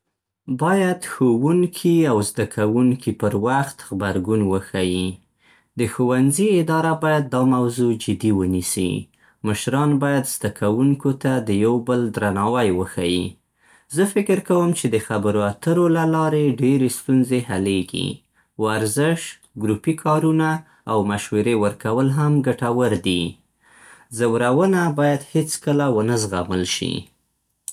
باید ښوونکي او زده‌کوونکي پر وخت غبرګون وښيي. د ښوونځي اداره باید دا موضوع جدي ونیسي. مشران باید زده‌کوونکو ته د یو بل درناوی وښيي. زه فکر کوم چې د خبرو اترو له لارې ډېرې ستونزې حلېږي. ورزش، ګروپي کارونه، او مشورې ورکول هم ګټور دي. ځورونه باید هېڅ کله ونه زغمل شي.